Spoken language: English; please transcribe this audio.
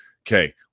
Okay